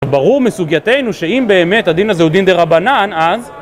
ברור מסוגיתנו שאם באמת הדין הזה הוא דין דה רבנן, אז...